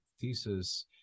thesis